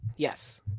Yes